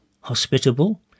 hospitable